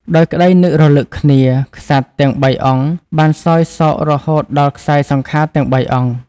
ដោយក្តីនឹករលឹកគ្នា ក្សត្រទាំងបីអង្គបានសោយសោករហូតដល់ក្ស័យសង្ខារទាំងបីអង្គ។